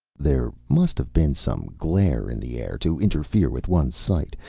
there must have been some glare in the air to interfere with one's sight,